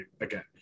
again